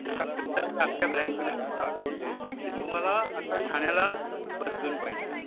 आमच्या ब्रँचमध्ये तुमचा अकाऊंट आहे ते तुम्हाला आता खाण्याला बदलून पाहिजे